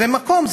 זה מקום,